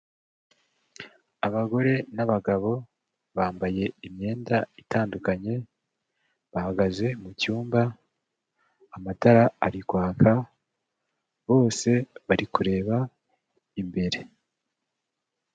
Abagore n'abagabo bambaye imyenda itandukanye, bahagaze mu cyumba, amatara ari kwaka, bose bari kureba imbere.